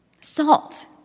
Salt